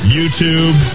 YouTube